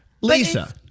Lisa